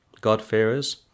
God-fearers